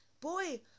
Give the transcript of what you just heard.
Boy